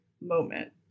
moment